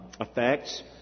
effects